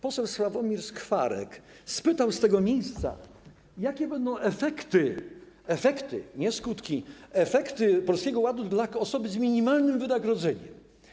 Poseł Sławomir Skwarek spytał z tego miejsca, jakie będą efekty - efekty, nie skutki - Polskiego Ładu dla osoby z minimalnym wynagrodzeniem.